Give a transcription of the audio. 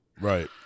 Right